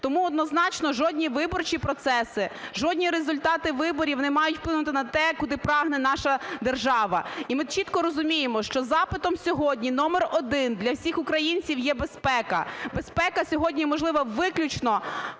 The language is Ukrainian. Тому однозначно, жодні виборчі процеси, жодні результати виборів не мають вплинути на те, куди прагне наша держава. І ми чітко розуміємо, що запитом сьогодні номер один для всіх українців є безпека. Безпека сьогодні можлива виключно